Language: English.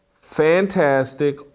Fantastic